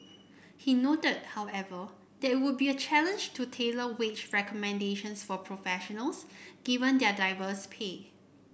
he noted however that it would be a challenge to tailor wage recommendations for professionals given their diverse pay